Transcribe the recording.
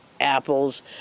Apples